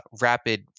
rapid